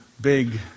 big